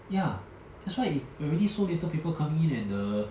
ya that's why if already so little people coming in and the